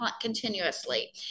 continuously